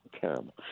Terrible